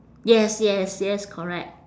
yes yes yes correct